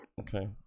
Okay